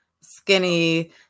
skinny